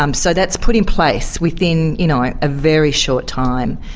um so that's put in place, within, you know, a very short time.